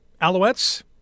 Alouettes